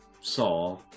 saw